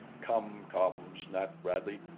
come! come! snapped bradley.